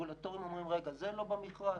הרגולטוריים אומרים: רגע, זה לא במכרז,